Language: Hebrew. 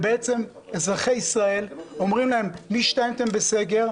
בעצם אומרים לאזרחי ישראל: משתיים אתם בסגר,